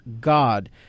God